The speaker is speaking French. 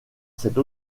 cette